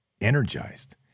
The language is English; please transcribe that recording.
energized